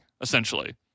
essentially